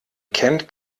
kennt